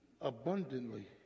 abundantly